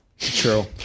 True